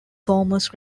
thomas